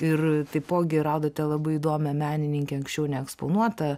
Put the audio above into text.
ir taipogi radote labai įdomią menininkę anksčiau neeksponuotą